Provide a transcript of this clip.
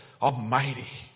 Almighty